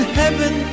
heaven